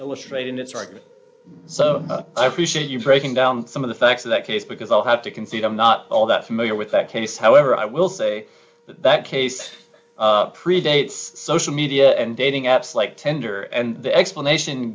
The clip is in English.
illustrate and it's hard so i appreciate you breaking down some of the facts of that case because i have to concede i'm not all that familiar with that case however i will say that case of predates social media and dating apps like tender and the explanation